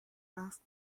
asked